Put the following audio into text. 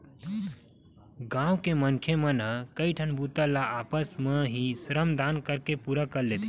गाँव के मनखे मन ह कइठन बूता ल आपस म ही श्रम दान करके पूरा कर लेथे